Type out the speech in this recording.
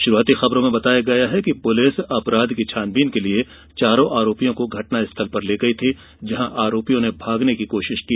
शुरुआती खबरों में बताया गया है कि पुलिस अपराध की छानबीन के लिए चारों आरोपियों को घटनास्थल पर ले गई थी जहां आरोपियों ने भागने की कोशिश की